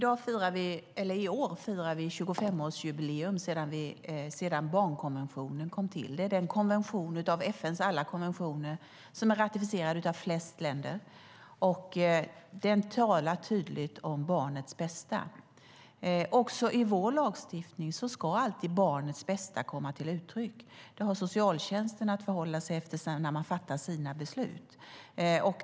Herr talman! I år firar vi barnkonventionens 25-årsjubileum. Det är den av FN:s alla konventioner som är ratificerad av flest länder. Den talar tydligt om barnets bästa. Också i vår lagstiftning ska alltid barnets bästa komma till uttryck. Det har socialtjänsten att förhålla sig till när de fattar sina beslut.